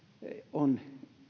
on